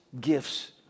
gifts